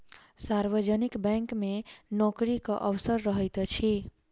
सार्वजनिक बैंक मे नोकरीक अवसर रहैत अछि